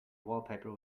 wallpaper